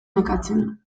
nekatzen